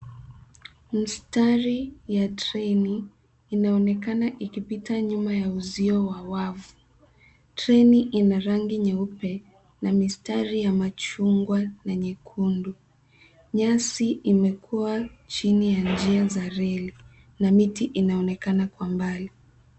Mstari ta treni inaonekana ikipita nyuma ya uzio wa wavu. Treni ina rangi nyeupe na mistari ya machungwa na nyekundu. Nyasi imekua chini ya njia za reli na miti inaonekana kwa mbali.